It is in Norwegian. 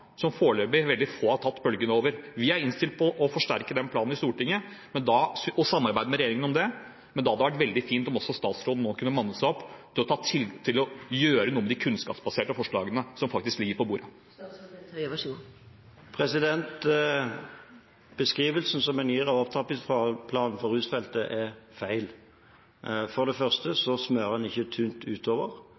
som veldig få foreløpig har tatt bølgen for. Vi er innstilt på å forsterke planen i Stortinget og samarbeide med regjeringen om det, men da hadde det vært veldig fint om også statsråden nå kunne manne seg opp og gjøre noe med de kunnskapsbaserte forslagene, som faktisk ligger på bordet. Beskrivelsen som en gir av opptrappingsplanen for rusfeltet, er feil. For det første smører en ikke tynt utover,